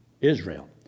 Israel